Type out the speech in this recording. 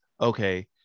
okay